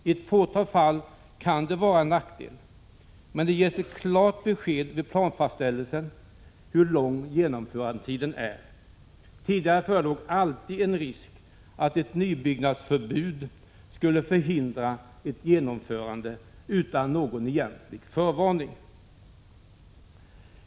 I ett fåtal fall kan det vara en nackdel, men vid planfastställelsen ges ett klart besked om hur lång genomförandetiden är. Tidigare förelåg alltid en risk att ett nybyggnadsförbud skulle förhindra ett genomförande utan någon egentlig förvarning.